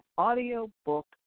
audiobook